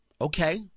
Okay